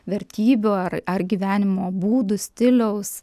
vertybių ar ar gyvenimo būdu stiliaus